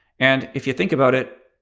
and if you think about it,